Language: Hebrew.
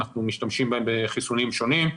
אנחנו משתמשים בהם בחיסונים שונים.